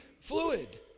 fluid